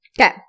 Okay